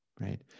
right